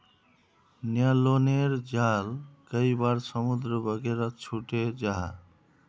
न्य्लोनेर जाल कई बार समुद्र वगैरहत छूटे जाह